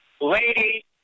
Lady